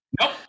Nope